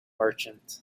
merchant